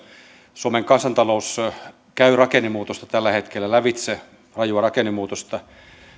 suomen kansantalous käy rakennemuutosta tällä hetkellä lävitse rajua rakennemuutosta